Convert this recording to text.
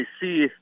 see